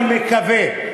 אני מקווה,